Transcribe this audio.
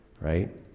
right